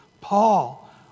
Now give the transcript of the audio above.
Paul